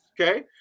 Okay